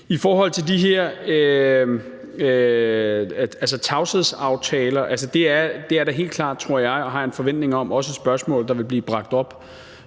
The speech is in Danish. I forhold til de her tavshedsaftaler vil jeg sige, at det da helt klart, tror jeg – det har jeg en forventning om – også er et spørgsmål, der vil blive bragt op